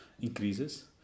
increases